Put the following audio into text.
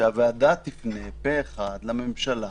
ולכן אני מציע שהוועדה תפנה פה אחד לממשלה,